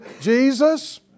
Jesus